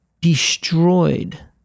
destroyed